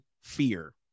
fear